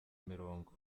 mirongo